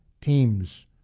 teams